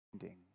ending